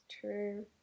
true